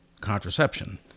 contraception